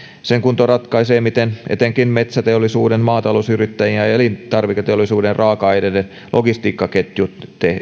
sen kunto ratkaisee miten etenkin metsäteollisuuden maatalousyrittäjien ja elintarviketeollisuuden raaka aineiden logistiikkaketjut